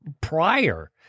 prior